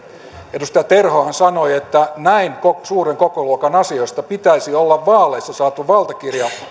edustaja terhohan sanoi että näin suuren kokoluokan asioista pitäisi olla vaaleissa saatu valtakirja